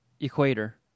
equator